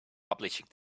publishing